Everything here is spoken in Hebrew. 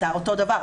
אתה אותו דבר,